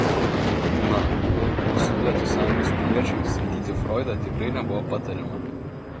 na o sovietų sąjungos piliečiui skaityti froidą tikrai nebuvo patariama